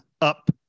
up